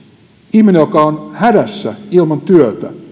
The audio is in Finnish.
ihminen joka on hädässä ilman työtä